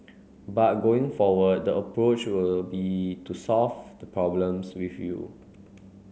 but going forward the approach will be to solve the problems with you